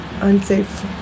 unsafe